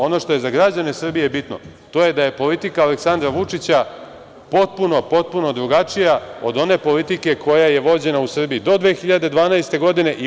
Ono što je za građane Srbije bitno, to je da je politika Aleksandra Vučića potpuno, potpuno drugačija od one politike koja je vođena u Srbiji do 2012. godine.